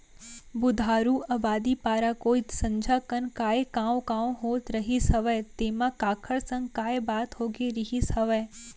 बुधारू अबादी पारा कोइत संझा कन काय कॉंव कॉंव होत रहिस हवय तेंमा काखर संग काय बात होगे रिहिस हवय?